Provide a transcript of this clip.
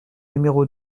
numéro